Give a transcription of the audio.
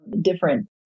different